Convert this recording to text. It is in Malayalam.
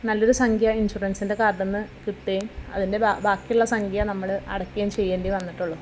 നല്ലൊരു സംഖ്യ ഇൻഷുറൻസിൻ്റെ കാർഡ്ന്ന് കിട്ടേം അതിൻ്റെ ബ ബാക്കിയുള്ള സംഖ്യ നമ്മൾ അടക്കേം ചെയ്യേണ്ടി വന്നിട്ടുള്ളൂ